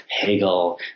Hegel